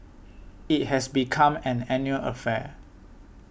it has become an annual affair